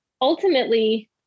ultimately